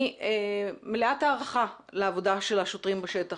אני מלאת הערכה לעבודה של השוטרים בשטח.